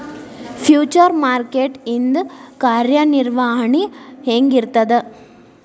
Future market ಇಂದ್ ಕಾರ್ಯನಿರ್ವಹಣಿ ಹೆಂಗಿರ್ತದ?